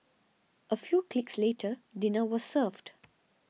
a few clicks later dinner was served